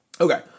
Okay